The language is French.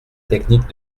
technique